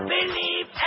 Believe